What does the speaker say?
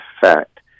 fact